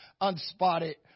unspotted